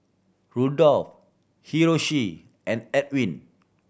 Rudolfo Hiroshi and Elwin